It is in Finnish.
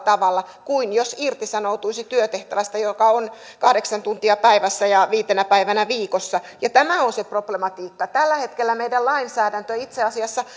tavalla kuin jos irtisanoutuisi työtehtävästä joka on kahdeksan tuntia päivässä ja viitenä päivänä viikossa tämä on se problematiikka tällä hetkellä meidän lainsäädäntö itse asiassa